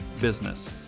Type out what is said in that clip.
business